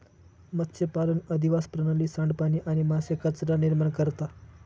मत्स्यपालन अधिवास प्रणाली, सांडपाणी आणि मासे कचरा निर्माण करता